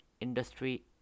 industry